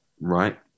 Right